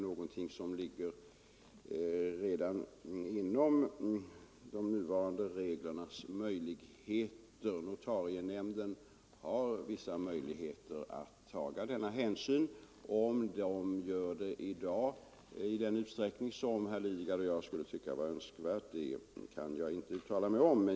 Redan enligt de nuvarande reglerna kan notarienämnden ta denna hänsyn. Om det görs i dag i den utsträckning som herr Lidgard och jag skulle tycka vara önskvärt kan jag inte uttala mig om.